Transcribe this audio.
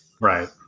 Right